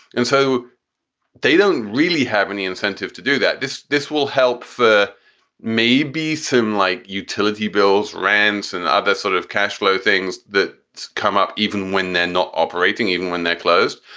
and so they don't really have any incentive to do that. this this will help. maybe some like utility bills, rands and other sort of cash flow, things that come up even when they're not operating, even when they're closed.